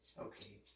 Okay